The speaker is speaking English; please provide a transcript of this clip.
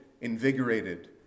invigorated